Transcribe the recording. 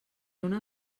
una